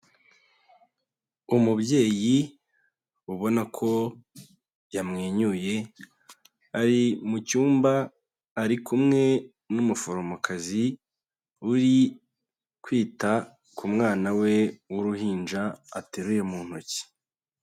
Umubyeyi ubona ko yamwenyuye ari mu cyumba, ari kumwe n'umuforomokazi uri kwita ku mwana we w'uruhinja ateruye mu ntoki.